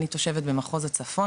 אני תושבת במחוז הצפון,